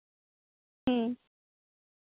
ᱦᱮᱸ